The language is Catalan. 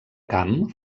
camp